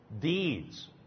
deeds